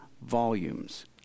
volumes